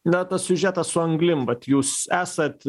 na tas siužetas su anglim vat jūs esat